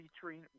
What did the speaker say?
featuring